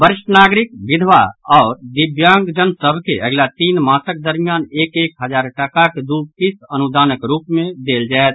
वरिष्ठ नागरिक विधवा आओर दिव्यांगजन सभ के अगिला तीन मासक दरमियान एक एक हजार टाकाक दू किस्त अनुदानक रूप मे देल जायत